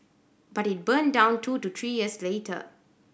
but it burned down two to three years later